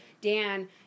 Dan